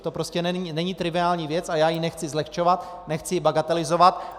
To prostě není triviální věc a já ji nechci zlehčovat, nechci ji bagatelizovat.